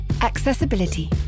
accessibility